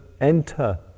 enter